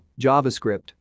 javascript